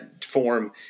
form